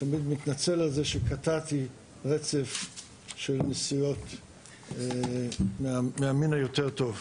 אני תמיד מתנצל שקטעתי רצף של נשיאות מהמין היותר טוב.